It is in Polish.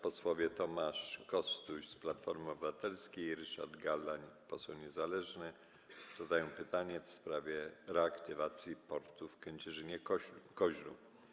Posłowie Tomasz Kostuś z Platformy Obywatelskiej i Ryszard Galla, poseł niezależny, zadają pytanie w sprawie reaktywacji portu w Kędzierzynie-Koźlu.